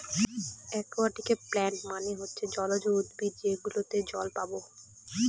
একুয়াটিকে প্লান্টস মানে হচ্ছে জলজ উদ্ভিদ যেগুলোতে জল পাবো